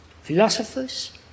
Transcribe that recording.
philosophers